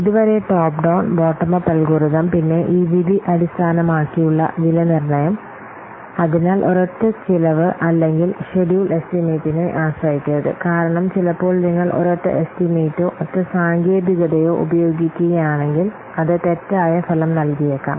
ഇതുവരെ top down bottom up algorithm പിന്നെ ഈ വിധി അടിസ്ഥാനമാക്കിയുള്ള വിലനിർണ്ണയം ചിലപ്പോൾ നിങ്ങൾ ഒരൊറ്റ എസ്റ്റിമേറ്റോ ഒറ്റ സാങ്കേതികതയോ ഉപയോഗിക്കുകയാണെങ്കിൽ അത് തെറ്റായ ഫലം നൽകിയേക്കാം